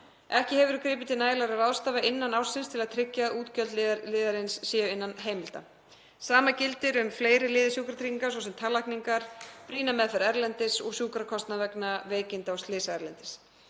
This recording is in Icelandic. Ekki hefur verið gripið til nægilegra ráðstafana innan ársins til að tryggja að útgjöld liðarins séu innan heimilda. Sama gildir um fleiri liði sjúkratrygginga, svo sem tannlækningar, brýna meðferð erlendis og sjúkrakostnað vegna veikinda og slysa erlendis.